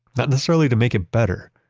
not necessarily to make it better,